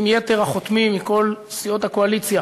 עם יתר החותמים מכל סיעות הקואליציה